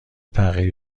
تغییر